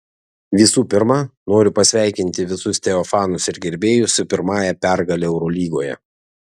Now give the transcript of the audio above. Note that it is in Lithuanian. visų pirma noriu pasveikinti visus teo fanus ir gerbėjus su pirmąja pergale eurolygoje